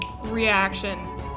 reaction